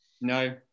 no